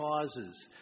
causes